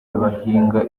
bahinga